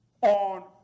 on